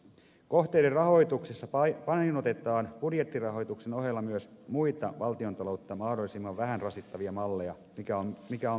kohteiden rahoituksessa painotetaan budjettirahoituksen ohella myös muita valtiontaloutta mahdollisimman vähän rasittavia malleja mikä on myönteistä